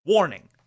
Warning